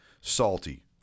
salty